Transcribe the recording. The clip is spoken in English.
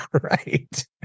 right